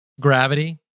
Gravity